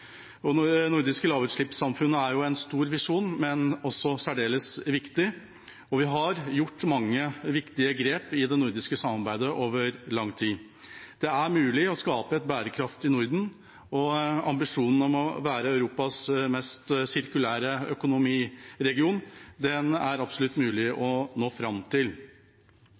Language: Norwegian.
nordiske lavutslippssamfunnet er jo en stor visjon, men også særdeles viktig, og vi har tatt mange viktige grep i det nordiske samarbeidet over lang tid. Det er mulig å skape et bærekraftig Norden, og ambisjonen om å være den regionen i Europa som er best på sirkulærøkonomi, er absolutt mulig å nå.